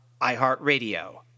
iHeartRadio